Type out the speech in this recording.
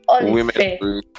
Women